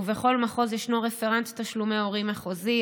ובכל מחוז ישנו רפרנט תשלומי הורים מחוזי,